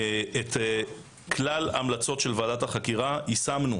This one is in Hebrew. את כלל ההמלצות של ועדת החקירה יישמנו,